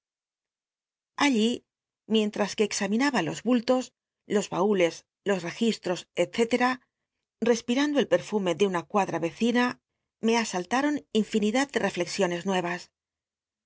mienltas que examinaba los bultos los baules los registros etc respiran do el perfume de una cuadra r ecina me asallaon infinidad de re texiones nuevas